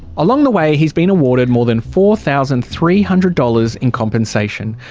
along the way he's been awarded more than four thousand three hundred dollars in compensation.